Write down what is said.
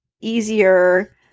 easier